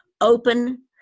open